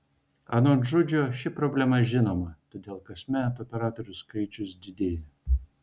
anot žudžio ši problema žinoma todėl kasmet operatorių skaičius didėja